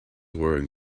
wearing